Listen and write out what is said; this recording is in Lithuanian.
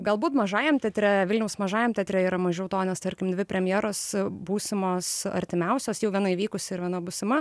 galbūt mažajam teatre vilniaus mažajam teatre yra mažiau to nes tarkim dvi premjeros būsimos artimiausios jau viena įvykusi ir viena būsima